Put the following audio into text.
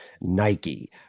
Nike